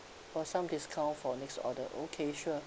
or some discount for next order okay sure